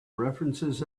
references